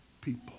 people